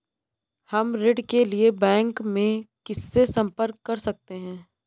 हम ऋण के लिए बैंक में किससे संपर्क कर सकते हैं?